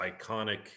iconic